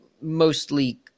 mostly